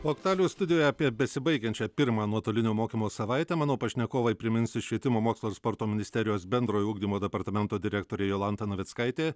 o aktualijų studijoje apie besibaigiančią pirmą nuotolinio mokymo savaitę mano pašnekovai priminsiu švietimo mokslo ir sporto ministerijos bendrojo ugdymo departamento direktorė jolanta navickaitė